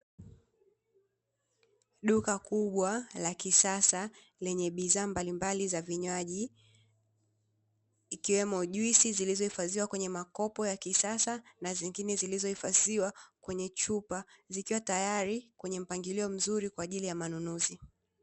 Duka kubwa la kisasa lenye bidhaa mbalimbali za vinywaji, ikiwemo juisi zilizohifadhiwa kwenye makopo ya kisasa na zingine zilizohifadhiwa kwenye chupa, zikiwa tayari kwenye mpangilio mzuri kwa ajili ya manunuzi.